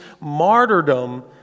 martyrdom